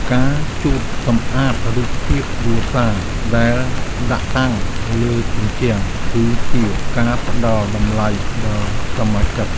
ការជូតសម្អាតរូបភាពគ្រួសារដែលដាក់តាំងលើជញ្ជាំង គឺជាការផ្តល់តម្លៃដល់សមាជិក។